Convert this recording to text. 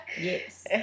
Yes